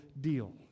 deal